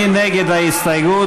מי נגד ההסתייגות?